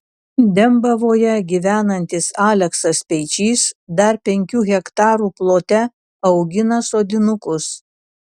dembavoje gyvenantis aleksas speičys dar penkių hektarų plote augina sodinukus